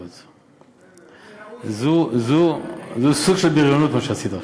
ראוי שיושב-ראש ועדת האתיקה,